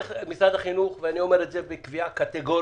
משרד החינוך, אני אומר את זה בקביעה קטגורית,